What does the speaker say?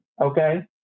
Okay